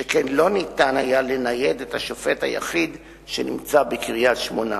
שכן לא ניתן היה לנייד את השופט היחיד שנמצא בקריית-שמונה.